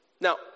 Now